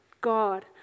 God